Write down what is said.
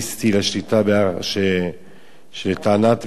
לטענת בכירי הכנסייה הקתולית